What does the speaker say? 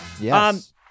Yes